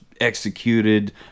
executed